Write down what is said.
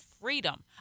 freedom